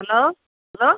hello hello